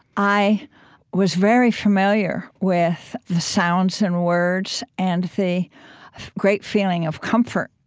i was very familiar with the sounds and words and the great feeling of comfort.